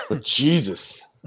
Jesus